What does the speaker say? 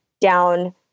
down